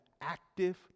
active